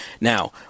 Now